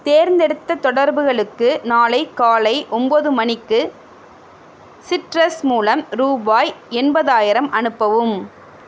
தேர்ந்தெடுத்த தொடர்புகளுக்கு நாளை காலை ஒம்பது மணிக்கு சிட்ரஸ் மூலம் ரூபாய் எண்பதாயிரம் அனுப்பவும்